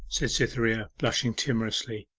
said cytherea, blushing timorously.